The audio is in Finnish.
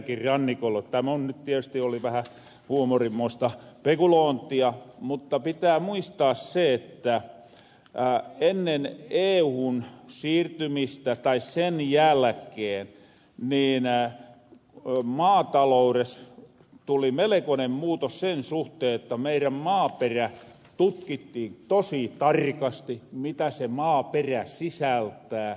tämä on nyt tietysti vähän huumorimmoista pekuloontia mutta pitää muistaa se että ennen euhun siirtymistä tai sen jälkeen maataloures tuli melekonen muutos sen suhteen että meirän maaperä tutkittiin tosi tarkasti mitä se maaperä sisältää